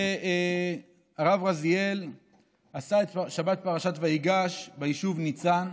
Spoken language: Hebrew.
והרב רזיאל עשה את שבת פרשת ויגש ביישוב ניצן,